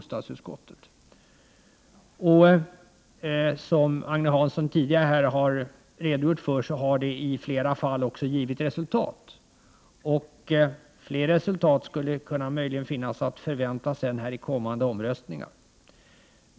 Som Agne Hansson tidigare redogjort för har detta också i flera fall givit resultat. Ännu fler resultat av det slaget skulle möjligen också vara att förvänta i de kommande omröstningarna i dag.